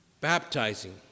baptizing